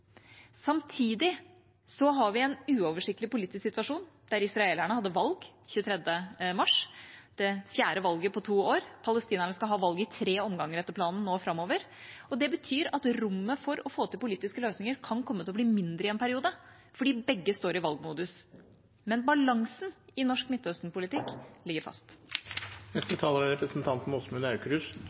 Samtidig har vi en uoversiktlig politisk situasjon, der israelerne hadde valg 23. mars, det fjerde valget på to år, og palestinerne etter planen skal ha valg i tre omganger nå framover. Det betyr at rommet for å få til politiske løsninger kan komme til å bli mindre i en periode fordi begge står i valgmodus. Men balansen i norsk Midtøsten-politikk ligger fast. Representanten Åsmund Aukrust